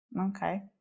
Okay